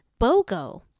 bogo